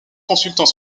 consultant